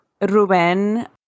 Ruben